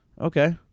Okay